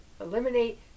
eliminate